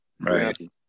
right